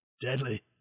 Deadly